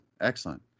Excellent